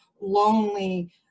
lonely